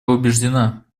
убеждена